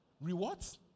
Rewards